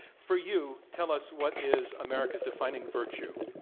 for you, tell us what is america's defining virtue.